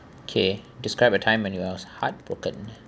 K describe a time when you was heartbroken